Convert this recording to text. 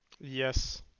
Yes